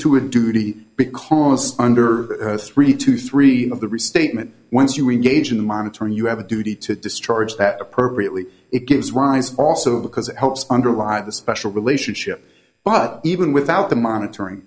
a duty because under three to three of the restatement once you engage in the monitoring you have a duty to discharge that appropriately it gives rise also because it helps underlie the special relationship but even without the monitoring